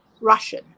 Russian